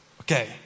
Okay